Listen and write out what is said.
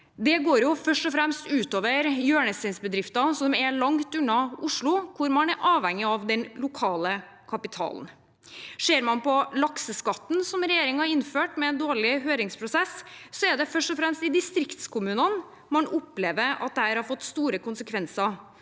Det går først og fremst ut over hjørnesteinsbedrifter som er langt unna Oslo, og hvor man er avhengig av den lokale kapitalen. Ser man på lakseskatten som regjeringen innførte med en dårlig høringsprosess, er det først og fremst i distriktskommunene man opplever at dette har fått store konsekvenser.